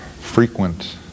frequent